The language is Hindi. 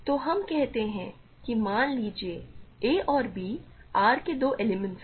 तो हम कहते हैं कि मान लीजिए a और b R के दो एलिमेंट्स हैं